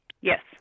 Yes